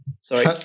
Sorry